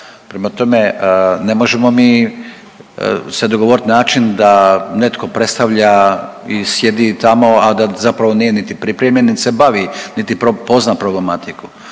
Prema tome, ne možemo mi se dogovoriti način da netko predstavlja i sjedi tamo, a da zapravo nije niti pripremljen nit se bavi niti pozna problematiku.